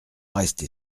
rester